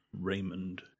Raymond